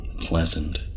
Pleasant